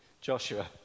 Joshua